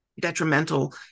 detrimental